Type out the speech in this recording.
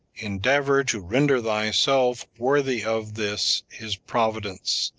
endeavor to render thyself worthy of this his providence,